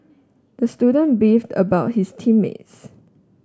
the student beefed about his team mates